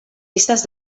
risas